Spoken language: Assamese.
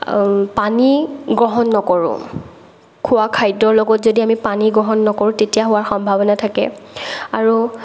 পানী গ্ৰহণ নকৰোঁ খোৱা খাদ্যৰ লগত যদি আমি পানী গ্ৰহণ নকৰোঁ তেতিয়া হোৱাৰ সম্ভাৱনা থাকে আৰু